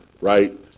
right